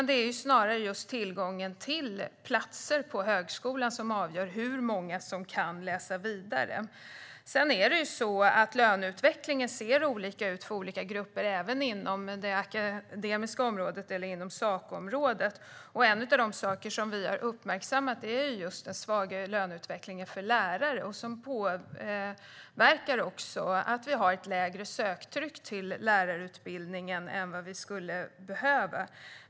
Det är snarare tillgången till platser på högskolan som avgör hur många som kan läsa vidare. Löneutvecklingen ser olika ut för olika grupper även inom det akademiska området, inom Sacoområdet. En av de saker vi har uppmärksammat är den svagare löneutvecklingen för lärare, vilket gör att vi har ett lägre söktryck till lärarutbildningen än vi behöver.